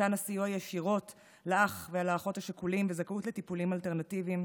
מתן הסיוע ישירות לאח ולאחות השכולים וזכאות לטיפולים אלטרנטיביים,